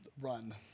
run